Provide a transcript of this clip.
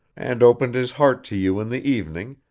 and opened his heart to you in the evening,